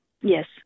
Yes